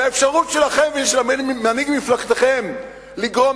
והאפשרות שלכם ושל מנהיג מפלגתכם לגרום